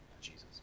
Jesus